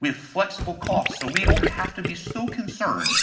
we have flexible costs, so we don't have to be so concerned